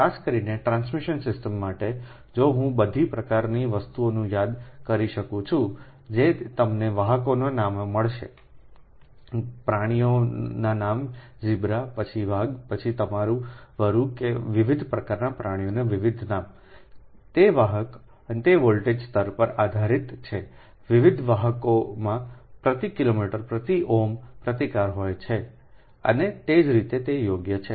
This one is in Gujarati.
ખાસ કરીને ટ્રાન્સમિશન સિસ્ટમ માટે જો હું બધી પ્રકારની વસ્તુઓને યાદ કરી શકું છું જે તમને વાહકોના નામો મળશે સંદર્ભ સમય 14 28 પ્રાણીઓના નામ ઝેબ્રા પછી વાઘ પછી તમારું વરુ કે વિવિધ પ્રકારનાં પ્રાણીઓના વિવિધ નામતે વાહકઅને તે વોલ્ટેજ સ્તર પર આધારીત છે વિવિધ વાહકોમાં પ્રતિ કિલોમીટર પ્રતિ ઓહ્મનો પ્રતિકાર હોય છે અને તે જ રીતે તે યોગ્ય છે